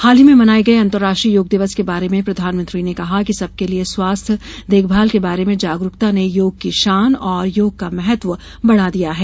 hall ही में मनाये गये अंतराष्ट्रीय योग दिवस के बारे प्रधानमंत्री ने कहा कि सबके लिये स्वास्थ्य देखभाल के बारे में जागरूकता ने योग की शान और योग का महत्व बड़ा दिया है